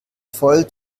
voll